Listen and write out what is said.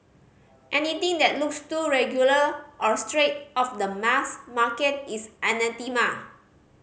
anything that looks too regular or straight off the mass market is anathema